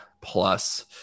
plus